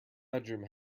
bedroom